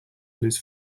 lose